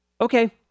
Okay